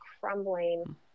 crumbling